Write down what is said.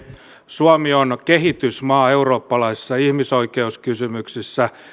suomi on kehitysmaa eurooppalaisessa ihmisoikeuskysymyksessä